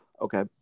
Okay